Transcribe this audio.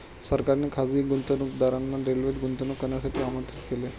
सरकारने खासगी गुंतवणूकदारांना रेल्वेत गुंतवणूक करण्यासाठी आमंत्रित केले